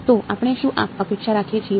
તો આપણે શું અપેક્ષા રાખીએ છીએ